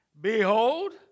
Behold